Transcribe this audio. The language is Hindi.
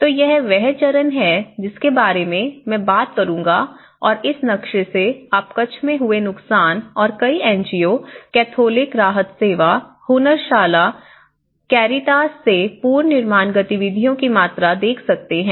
तो यह वह चरण है जिसके बारे में मैं बात करूंगा और इस नक्शे से आप कच्छ में हुए नुकसान और कई एनजीओ कैथोलिक राहत सेवा हुनरशला कैरीटास से पुनर्निर्माण गतिविधियों की मात्रा देख सकते हैं